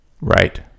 Right